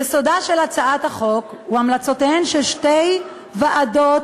יסודה של הצעת החוק הוא המלצותיהן של שתי ועדות